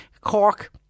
Cork